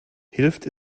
hilft